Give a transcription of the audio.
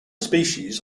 species